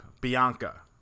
Bianca